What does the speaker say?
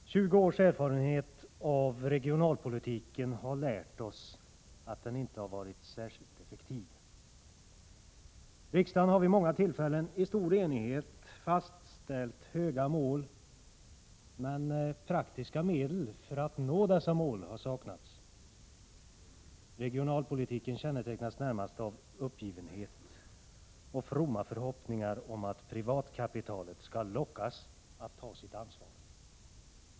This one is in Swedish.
Herr talman! Tjugo års erfarenhet av regionalpolitiken har lärt oss att den inte har varit särskilt effektiv. Riksdagen har vid många tillfällen i stor enighet fastställt höga mål, men praktiska medel för att nå dessa mål har saknats. Regionalpolitiken kännetecknas närmast av uppgivenhet och fromma förhoppningar om att privatkapitalet skall lockas att ta sitt ansvar.